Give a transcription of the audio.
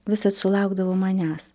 visad sulaukdavo manęs